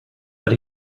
that